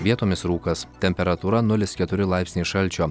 vietomis rūkas temperatūra nulis keturi laipsniai šalčio